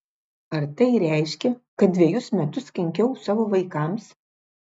ar tai reiškia kad dvejus metus kenkiau savo vaikams